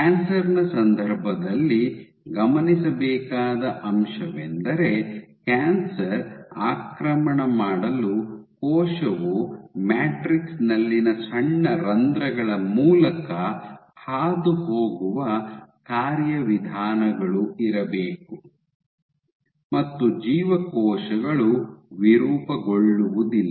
cancer ನ ಸಂದರ್ಭದಲ್ಲಿ ಗಮನಿಸಬೇಕಾದ ಅಂಶವೆಂದರೆ ಕ್ಯಾನ್ಸರ್ ಆಕ್ರಮಣ ಮಾಡಲು ಕೋಶವು ಮ್ಯಾಟ್ರಿಕ್ಸ್ ನಲ್ಲಿನ ಸಣ್ಣ ರಂಧ್ರಗಳ ಮೂಲಕ ಹಾದುಹೋಗುವ ಕಾರ್ಯವಿಧಾನಗಳು ಇರಬೇಕು ಮತ್ತು ಜೀವಕೋಶಗಳು ವಿರೂಪಗೊಳ್ಳುವುದಿಲ್ಲ